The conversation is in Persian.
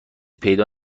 پیدا